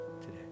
today